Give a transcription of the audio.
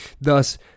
Thus